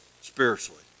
spiritually